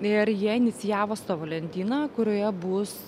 ir jie inicijavo savo lentyną kurioje bus